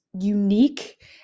unique